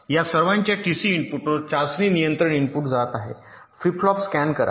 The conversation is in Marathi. या सर्वांच्या टीसी इनपुटवर चाचणी नियंत्रण इनपुट जात आहे फ्लिप फ्लॉप स्कॅन करा